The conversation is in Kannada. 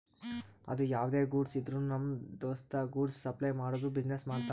ಅದು ಯಾವ್ದೇ ಗೂಡ್ಸ್ ಇದ್ರುನು ನಮ್ ದೋಸ್ತ ಗೂಡ್ಸ್ ಸಪ್ಲೈ ಮಾಡದು ಬಿಸಿನೆಸ್ ಮಾಡ್ತಾನ್